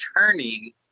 turning